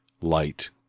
light